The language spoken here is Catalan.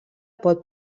pot